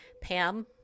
Pam